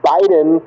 Biden